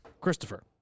Christopher